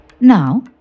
Now